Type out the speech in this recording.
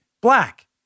black